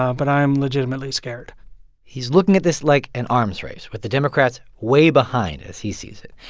um but i am legitimately scared he's looking at this like an arms race, with the democrats way behind, as he sees it.